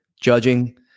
judging